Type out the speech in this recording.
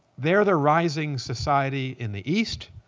they're the rising society in the east.